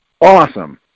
awesome